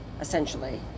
essentially